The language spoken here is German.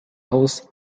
haus